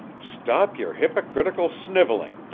stop your hypocritical sniveling!